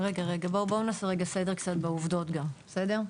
רגע רגע, בוא נעשה רגע סדר קצת בעובדות גם, בסדר?